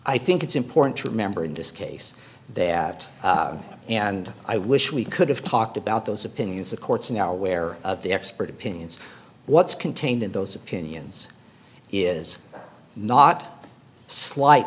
i think it's important to remember in this case that and i wish we could have talked about those opinions the courts are now aware of the expert opinions what's contained in those opinions is not slight